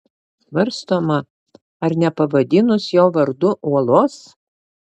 svarstoma ar nepavadinus jo vardu uolos